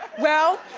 well,